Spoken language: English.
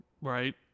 right